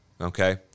Okay